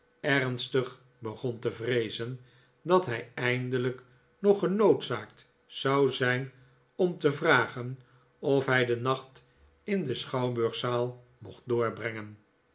ernstig begon te vreezen dat hij eindelijk nog genoodzaakt zou zijn om te vragen of hij den nacht in de schouwburgzaal mocht doorbrengen